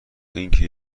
اینکه